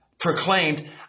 Proclaimed